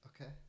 Okay